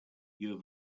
you